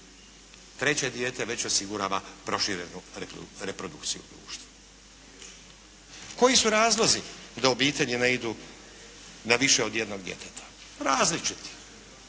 Treće dijete već osigurava proširenu reprodukciju društva. Koji su razlozi da obitelji ne idu na više od jednog djeteta? Različiti